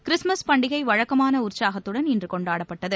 Christmas பண்டிகை வழக்கமான உற்சாகத்துடன் இன்று கொண்டாடப்பட்டது